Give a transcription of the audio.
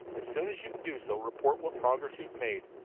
as soon as you can do so, report what progress you have made.